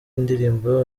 indirimbo